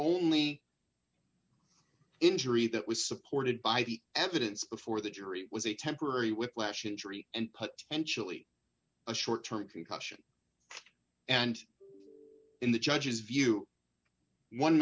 only injury that was supported by the evidence before the jury was a temporary whiplash injury and cut and chilly a short term concussion and in the judge's view one